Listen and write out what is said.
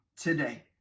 today